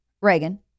Reagan